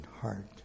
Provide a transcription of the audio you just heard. heart